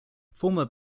former